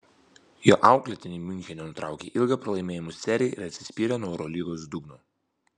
jo auklėtiniai miunchene nutraukė ilgą pralaimėjimų seriją ir atsispyrė nuo eurolygos dugno